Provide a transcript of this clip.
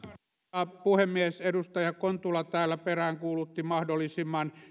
arvoisa puhemies edustaja kontula täällä peräänkuulutti mahdollisimman